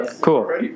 Cool